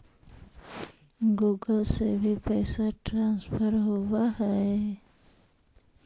Google से भी पैसा ट्रांसफर होवहै?